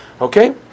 okay